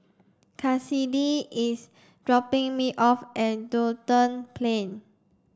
Kassidy is dropping me off at Duxton Plain